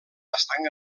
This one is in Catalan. bastant